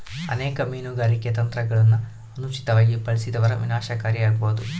ಅನೇಕ ಮೀನುಗಾರಿಕೆ ತಂತ್ರಗುಳನ ಅನುಚಿತವಾಗಿ ಬಳಸಿದರ ವಿನಾಶಕಾರಿ ಆಬೋದು